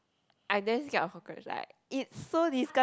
I then scared of cockroach lah it's so disgust